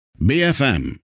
BFM